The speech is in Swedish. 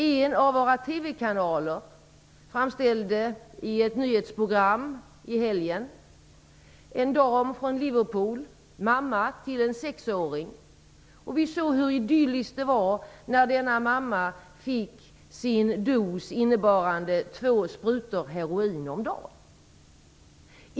En av våra TV-kanaler visade i ett nyhetsprogram i helgen en dam från Liverpool, en mamma till en sexåring. Vi såg hur idylliskt det var när denna mamma fick sin dos, innebärande två sprutor heroin om dagen.